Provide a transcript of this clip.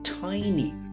tiny